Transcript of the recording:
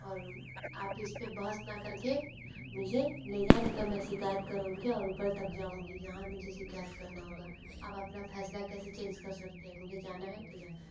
और आप इसपे बहस न करके मुझे ले जाए नहीं तो मैं शिकायत करुँगी और ऊपर तक जाऊँगी जहाँ मुझे शिकायत करना होगा आप अपना फैसला कैसे चेंज कर सकते है मुझे जाना है तो जाना है बस